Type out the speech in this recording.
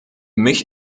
mich